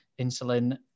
insulin